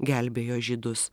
gelbėjo žydus